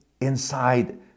inside